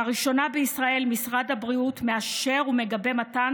לראשונה בישראל משרד הבריאות מאשר ומגבה מתן